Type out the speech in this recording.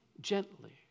gently